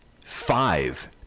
five